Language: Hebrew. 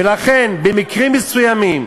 ולכן, במקרים מסוימים,